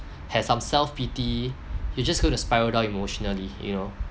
have some self pity you're just going to spiral down emotionally you know